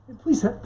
Please